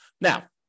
Now